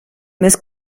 més